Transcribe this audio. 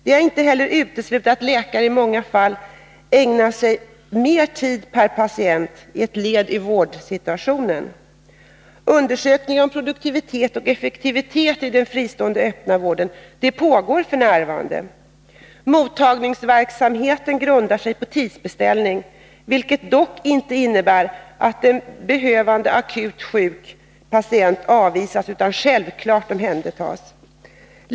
Det är inte heller uteslutet att läkare i många fall ägnar mer tid per patient i ett visst led i vårdsituationen. Undersökningar om produktivitet och effektivitet i den fristående öppna vården pågår f. n. Mottagningsverksamheten grundar sig på tidsbeställning, vilket dock inte innebär att den akut sjuke patienten som behöver vård avvisas, utan självfallet omhändertas han.